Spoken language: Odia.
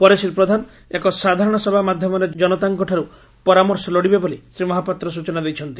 ପରେ ଶ୍ରୀ ପ୍ରଧାନ ଏକ ସାଧାରଶ ସଭା ମାଧ୍ଧମରେ ଜନତାଙ୍ ଠାରୁ ପରାମର୍ଶ ଲୋଡିବେ ବୋଲି ଶ୍ରୀ ମହାପାତ୍ର ସ୍ଚନା ଦେଇଛନ୍ତି